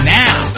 now